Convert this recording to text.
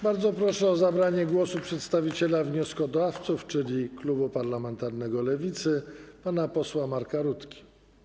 Bardzo proszę o zabranie głosu przedstawiciela wnioskodawców, czyli klubu parlamentarnego Lewicy, pana posła Marka Rutkę.